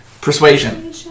Persuasion